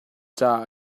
caah